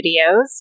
videos